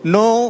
no